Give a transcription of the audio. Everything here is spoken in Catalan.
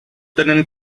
tenen